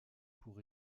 pour